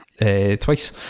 twice